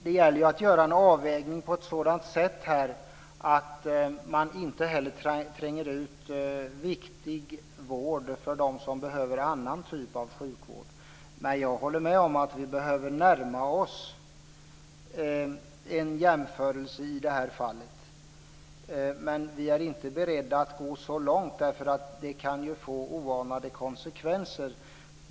Det gäller ju att göra en avvägning på ett sådant sätt att man inte tränger ut viktig vård för dem som behöver annan typ av sjukvård. Men jag håller med om att vi behöver närma oss en jämförelse i det här fallet. Men vi är inte beredda att gå så långt - det kan ju få oanade konsekvenser.